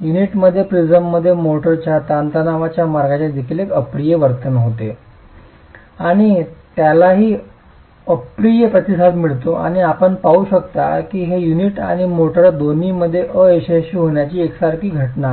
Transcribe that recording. युनिटमध्ये प्रिझममध्ये मोर्टारच्या ताणतणावाच्या मार्गाचे देखील एक अप्रिय वर्तन होते आणि त्यालाही अप्रिय प्रतिसाद असतो आणि आपण पाहू शकता की हे युनिट आणि मोर्टार दोन्हीमध्ये अयशस्वी होण्याची एकसारखी घटना आहे